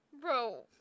Bro